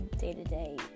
day-to-day